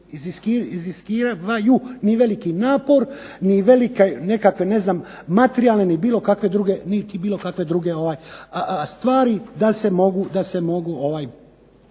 iziskivaju ni veliki napor ni velike nekakve ne znam materijalne niti bilo kakve druge stvari da se mogu